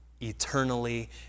eternally